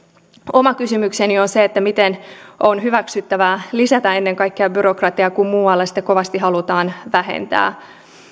oma kysymykseni on se miten on hyväksyttävää lisätä ennen kaikkea byrokratiaa kun muualla sitä kovasti halutaan vähentää